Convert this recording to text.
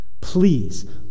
please